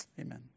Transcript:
Amen